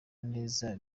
neza